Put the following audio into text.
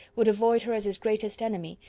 would avoid her as his greatest enemy,